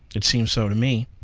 it seems so to me.